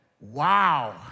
wow